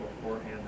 beforehand